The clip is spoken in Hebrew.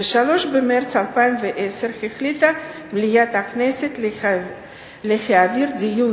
ב-3 במרס 2010 החליטה מליאת הכנסת להעבירה לדיון